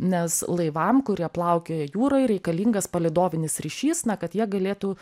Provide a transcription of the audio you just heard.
nes laivam kurie plaukioja jūroj reikalingas palydovinis ryšys na kad jie galėtų